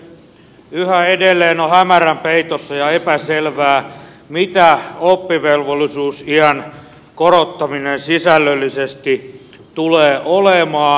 yhä edelleen on hämärän peitossa ja epäselvää mitä oppivelvollisuusiän korottaminen sisällöllisesti tulee olemaan